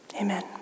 Amen